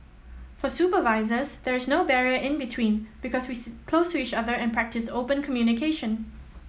for supervisors there is no barrier in between because we sit close to each other and practice open communication